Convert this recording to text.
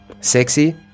Sexy